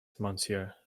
monsieur